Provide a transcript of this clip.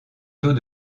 taux